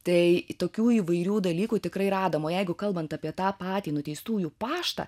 tai tokių įvairių dalykų tikrai radom o jeigu kalbant apie tą patį nuteistųjų paštą